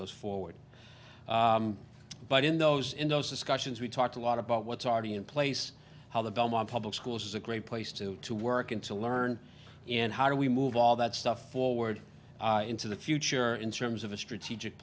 those forward but in those in those discussions we talked a lot about what's already in place how the belmont public schools is a great place to go to work and to learn and how do we move all that stuff forward into the future in terms of a strategic